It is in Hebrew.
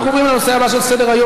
אנחנו עוברים לנושא הבא שעל סדר-היום,